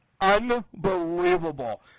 unbelievable